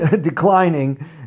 declining